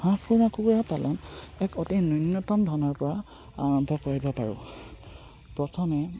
হাঁহ কুকুৰা পালন এক অতি ন্যূনতম ধনৰ পৰা আৰম্ভ কৰিব পাৰোঁ প্ৰথমে